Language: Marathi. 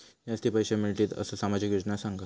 जास्ती पैशे मिळतील असो सामाजिक योजना सांगा?